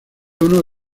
uno